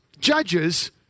judges